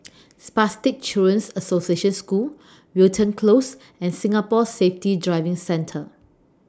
Spastic Children's Association School Wilton Close and Singapore Safety Driving Centre